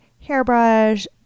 hairbrush